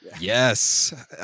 Yes